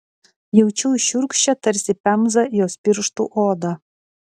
jaučiau šiurkščią tarsi pemza jos pirštų odą